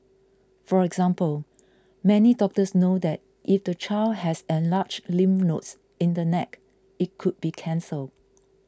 for example many doctors know that if the child has enlarged lymph nodes in the neck it could be cancer